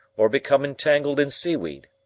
or become entangled in seaweed.